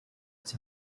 sie